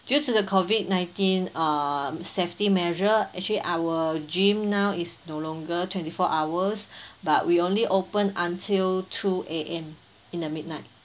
due to the COVID nineteen err safety measure actually our gym now is no longer twenty four hours but we only open until two A_M in the midnight